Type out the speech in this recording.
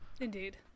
indeed